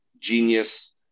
genius